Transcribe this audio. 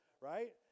right